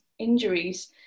injuries